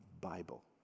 Bible